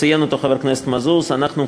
ציין אותו חבר הכנסת מזוז: אנחנו,